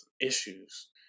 issues